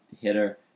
hitter